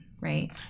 right